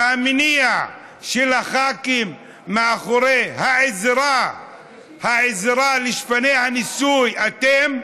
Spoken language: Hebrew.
שהמניע של הח"כים מאחורי העזרה לשפני הניסוי, אתם,